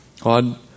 God